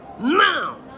Now